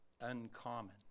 uncommon